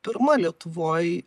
pirma lietuvoj